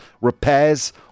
repairs